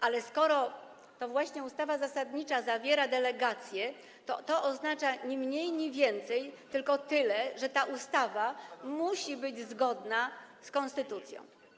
Ale skoro to właśnie ustawa zasadnicza zawiera delegację, to to oznacza ni mniej, ni więcej, tylko tyle, że ta ustawa musi być zgodna z konstytucją.